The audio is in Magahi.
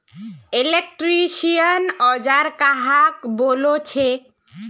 इलेक्ट्रीशियन औजार कहाक बोले छे?